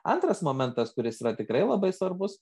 antras momentas kuris yra tikrai labai svarbus